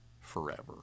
forever